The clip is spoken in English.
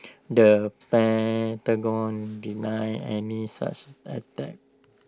the Pentagon denied any such attack